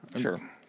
Sure